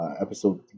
Episode